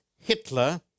Hitler